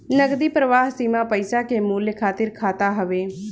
नगदी प्रवाह सीमा पईसा के मूल्य खातिर खाता हवे